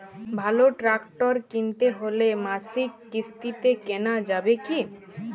ভালো ট্রাক্টর কিনতে হলে মাসিক কিস্তিতে কেনা যাবে কি?